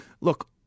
Look